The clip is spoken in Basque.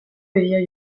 bideo